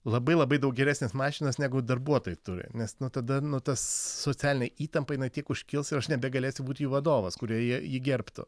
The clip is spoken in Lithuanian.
labai labai daug geresnės mašinos negu darbuotojai turi nes nu tada nu tas socialinai įtampa jinai tiek užkils ir aš nebegalėsiu būt jų vadovas kurioje jį gerbtų